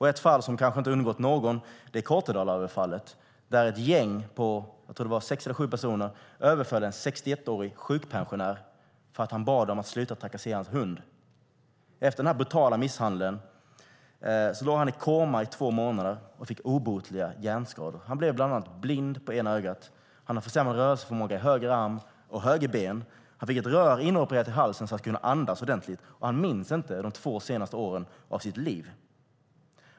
Ett fall som kanske inte har undgått någon är Kortedalaöverfallet. Ett gäng på sex eller sju personer överföll en 61-årig sjukpensionär för att han bad dem att sluta trakassera hans hund. Efter den brutala misshandeln låg han i koma i två månader och fick obotliga hjärnskador. Han blev bland annat blind på ena ögat. Han har försämrad rörelseförmåga i höger arm och höger ben. Han fick ett rör inopererat i halsen för att kunna andas ordentligt. Han minns inte de två senaste åren av sitt liv.